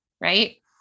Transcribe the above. right